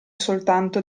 soltanto